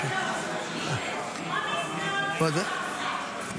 ביטול החוק), לא נתקבלה.